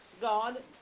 God